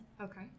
Okay